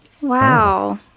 Wow